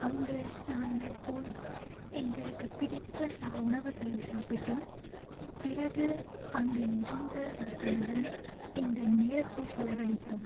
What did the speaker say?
அங்கு நாங்கள் போய் எங்களுக்கு பிடித்த சா உணவுகளை சாப்பிட்டோம் பிறகு அங்கு இருந்தவர்களுடன் எங்கள் நேரத்தை செலவழித்தோம்